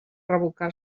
revocar